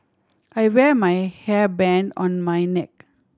I wear my hairband on my neck